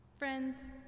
Friends